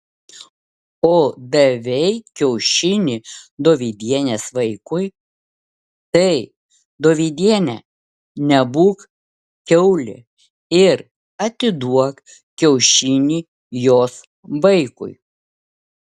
o davei kiaušinį dovydienės vaikui tai dovydiene nebūk kiaulė ir atiduok kiaušinį jos vaikui